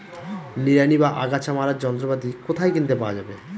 নিড়ানি বা আগাছা মারার যন্ত্রপাতি কোথায় কিনতে পাওয়া যাবে?